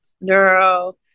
neuro